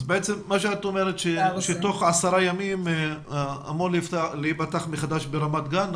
אז בעצם מה שאת אומרת שתוך עשרה ימים אמור להיפתח מחדש ברמת גן,